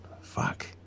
fuck